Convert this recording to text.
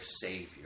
savior